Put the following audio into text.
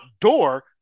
door